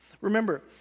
Remember